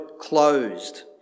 closed